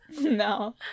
No